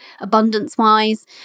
abundance-wise